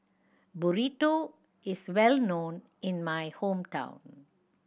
Burrito is well known in my hometown